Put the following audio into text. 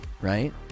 right